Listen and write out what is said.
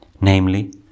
namely